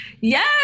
Yes